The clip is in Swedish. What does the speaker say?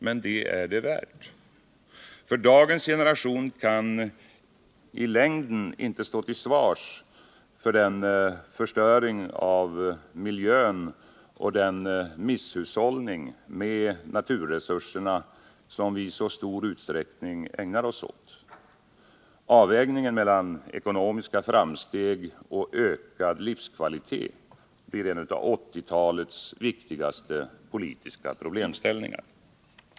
Men det är det värt, ty dagens generation kan inte i längden stå till svars för den förstöring av miljön och den misshushållning med naturresurserna som vi i så stor utsträckning ägnar oss åt. Avvägningen mellan ekonomiska framsteg och ökad livskvalitet blir en av 1980-talets viktigaste politiska problemställningar.